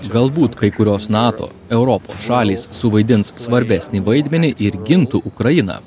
galbūt kai kurios nato europos šalys suvaidins svarbesnį vaidmenį ir gintų ukrainą